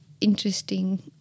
interesting